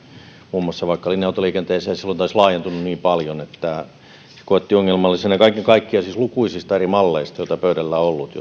vaikka linja autoliikenteeseen silloin tämä olisi laajentunut niin paljon että se koettiin ongelmallisena ja siis kaiken kaikkiaan lukuisista eri malleista joita pöydällä on ollut